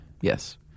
Yes